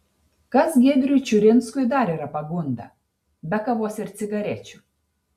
kas giedriui čiurinskui dar yra pagunda be kavos ir cigarečių